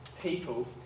people